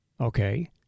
Okay